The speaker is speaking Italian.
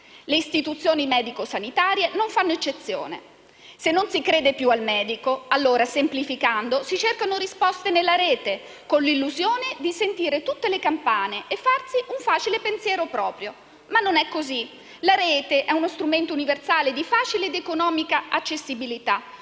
Le istituzioni medico‑sanitarie non fanno eccezione. Se non si crede più al medico, allora, semplificando, si cercano risposte nella Rete con l'illusione di sentire tutte le campane e farsi un facile pensiero proprio. Ma non è così. La Rete è uno strumento universale di facile ed economica accessibilità,